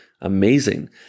amazing